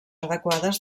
adequades